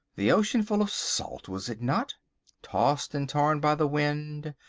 the ocean full of salt, was it not tossed and torn by the wind,